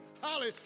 Holly